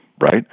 right